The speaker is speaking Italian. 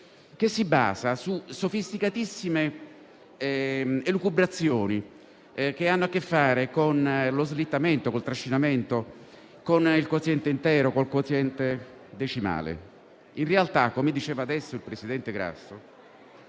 che si basa su sofisticatissime elucubrazioni che hanno a che fare con lo slittamento, con il trascinamento, con il quoziente intero e con il quoziente decimale. In realtà, come ha appena dichiarato il presidente Grasso,